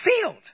field